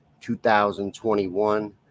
2021